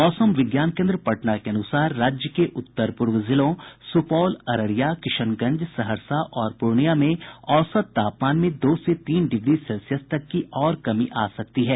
मौसम विज्ञान केन्द्र पटना के अनुसार राज्य के उत्तर पूर्व जिलों सुपौल अररिया किशनगंज सहरसा और पूर्णिया में औसत तापमान में दो से तीन डिग्री सेल्सियस तक की और कमी आ सकती है